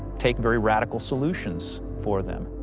take very radical solutions for them.